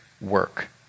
work